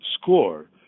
score